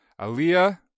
Aaliyah